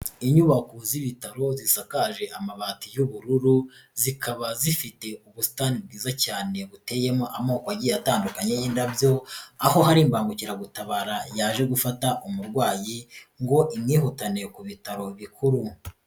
Inyubako z'ibitaro zisakaje amabati y'ubururu zikaba zifite ubusitani bwiza cyane buteyemo amoko agiye atandukanye y'indabyo, aho hari imbagukiragutabara yaje gufata umurwayi ngo imwihutane ku bitaro bikuru.